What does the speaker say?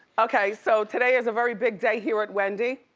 okay, so today is a very big day here at wendy,